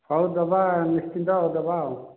ହଉ ଦେବା ନିଶ୍ଚିନ୍ତ ଆଉ ଦେବା ଆଉ